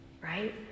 right